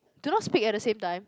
do not speak at the same time